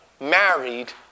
married